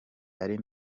ari